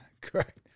correct